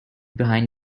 behind